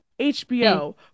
HBO